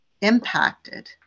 impacted